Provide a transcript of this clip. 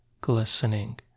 glistening